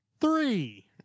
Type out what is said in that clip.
Three